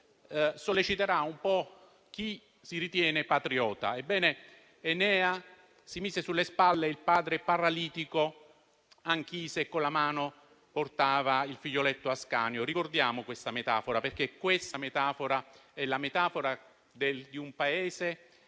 Ebbene, Enea si mise sulle spalle il padre paralitico Anchise e per mano portava il figlioletto Ascanio. Ricordiamo questa metafora, perché è la metafora di un Paese